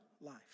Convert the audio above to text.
life